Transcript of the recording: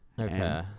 Okay